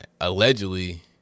allegedly